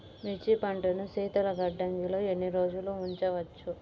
మిర్చి పంటను శీతల గిడ్డంగిలో ఎన్ని రోజులు ఉంచవచ్చు?